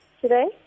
today